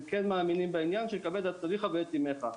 הם כן מאמינים בכבד את אביך ואת אימך.